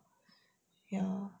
ya